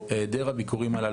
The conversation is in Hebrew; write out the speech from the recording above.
או היעדר הביקורים הללו,